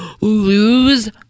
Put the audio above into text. lose